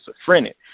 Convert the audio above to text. schizophrenic